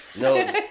No